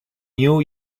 new